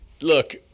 look